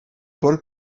paul